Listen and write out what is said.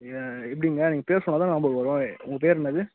எப்படிங்க நீங்கள் பேர் சொன்னால் தான் ஞாபகம் வரும் உங்கள் பேர் என்னது